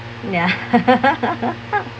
ya